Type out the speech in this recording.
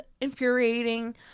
infuriating